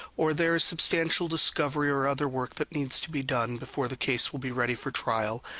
or there a substantial discovery or other work that needs to be done before the case will be ready for trial,